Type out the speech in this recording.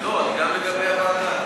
לא, גם לגבי הוועדה.